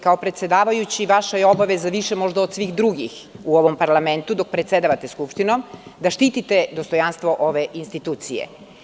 Kao predsedavajući, vaša je obaveza više možda od svih drugih u ovom parlamentu, dok predsedavate Skupštinom da štitite dostojanstvo ove institucije.